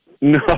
No